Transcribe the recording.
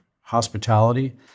hospitality